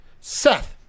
Seth